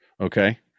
okay